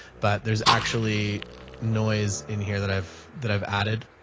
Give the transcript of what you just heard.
but there's actually noise in here that i've, that i've added.